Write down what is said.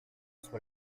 soient